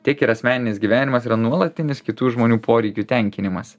tiek ir asmeninis gyvenimas yra nuolatinis kitų žmonių poreikių tenkinimas